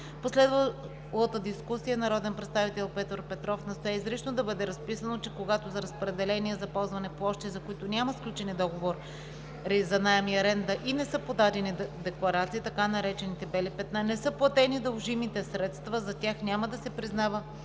последвалата дискусия народният представител Петър Петров настоя изрично да бъде разписано, че когато за разпределените за ползване площи, за които няма сключени договори за наем и аренда, и не са подадени декларации – така наречените „бели петна“, не са платени дължимите средства, за тях няма да се признава